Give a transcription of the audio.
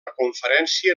conferència